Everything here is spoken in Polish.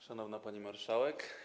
Szanowna Pani Marszałek!